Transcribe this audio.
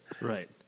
Right